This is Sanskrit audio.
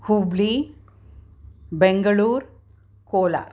हूब्लि बेङ्गलूर् कोलार्